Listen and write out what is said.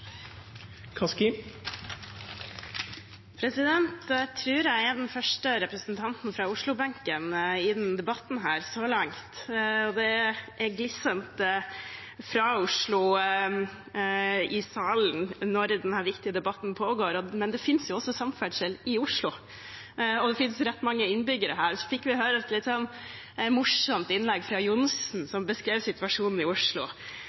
resursar. Jeg tror jeg er den første representanten fra Oslo-benken i debatten så langt, og det er glissent fra Oslo i salen når denne viktige debatten pågår. Men det finnes også samferdsel i Oslo, og det finnes rett mange innbyggere her. Vi fikk høre et litt morsomt innlegg fra Johnsen, som beskrev situasjonen i Oslo.